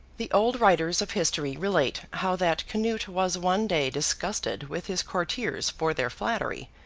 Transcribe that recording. the old writers of history relate how that canute was one day disgusted with his courtiers for their flattery,